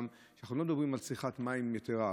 שאנחנו לא מדברים על צריכת מים יתרה.